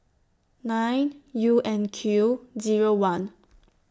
nine U N Q Zero one